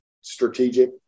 strategic